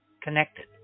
connected